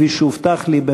כפי שהובטח לי,